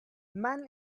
men